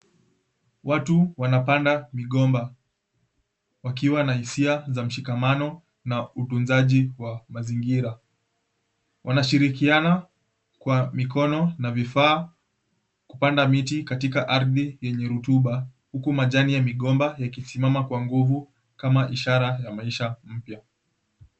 Watu wanapanda migomba wakiwa na hisia za mshikamano na utunzaji wa mazingira. Wanashirikiana kwa mikono na vifaa kupanda miti katika ardhi yenye rutuba, huku majani ya migomba yakisimama kwa nguvu kama ishara ya maisha mpya.